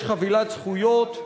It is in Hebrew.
יש חבילת זכויות,